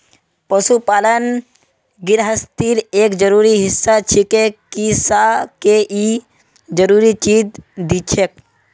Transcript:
पशुपालन गिरहस्तीर एक जरूरी हिस्सा छिके किसअ के ई कई जरूरी चीज दिछेक